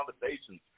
conversations